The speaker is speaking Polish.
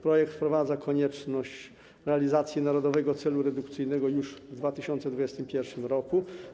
Projekt wprowadza konieczność realizacji Narodowego Celu Redukcyjnego już w 2021 r.